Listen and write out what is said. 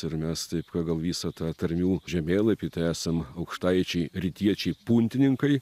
ir mes taip pagal visą tą tarmių žemėlapį tai esam aukštaičiai rytiečiai puntininkai